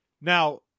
Now